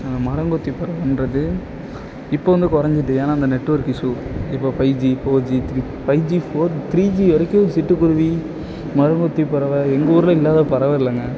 மரம்கொத்தி பறவைன்றது இப்போ வந்து குறஞ்சிட்டு ஏன்னால் அந்த நெட் வொர்க் இஸ்யூ இப்போ five G four G three G five G four three G வரைக்கும் சிட்டு குருவி மரங்கொத்திப் பறவை எங்கள் ஊரில் இல்லாத பறவை இல்லைங்க